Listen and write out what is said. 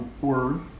word